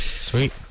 Sweet